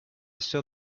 sœur